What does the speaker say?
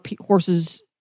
horses